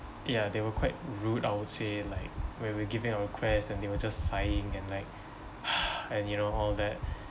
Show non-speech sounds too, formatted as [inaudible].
ya they were quite rude I would say like when we're giving our request and they were just sighing and like [noise] and you know all that